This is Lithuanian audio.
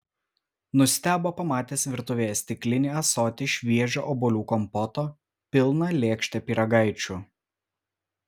nustebo pamatęs virtuvėje stiklinį ąsotį šviežio obuolių kompoto pilną lėkštę pyragaičių